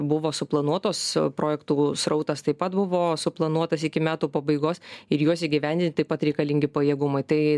buvo suplanuotos projektų srautas taip pat buvo suplanuotas iki metų pabaigos ir juos įgyvendinti taip pat reikalingi pajėgumai tai